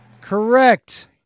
Correct